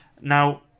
Now